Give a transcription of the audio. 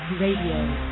Radio